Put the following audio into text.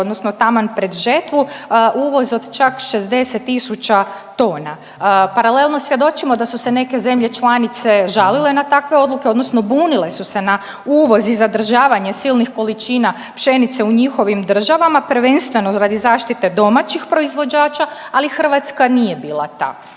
odnosno taman pred žetvu, uvoz od čak 60 tisuća tona. Paralelno svjedočimo da su se neke zemlje članice žalile na takve odluke odnosno bunile su se na uvoz i zadržavanje silnih količina pšenice u njihovim državama, prvenstveno radi zaštite domaćih proizvođača, ali Hrvatska nije bila ta.